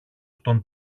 στον